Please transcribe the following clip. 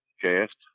cast